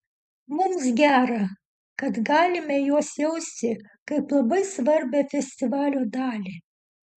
mums gera kad galime juos jausti kaip labai svarbią festivalio dalį